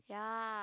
ya